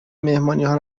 مهمانیها